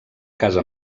casa